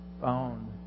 found